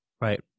Right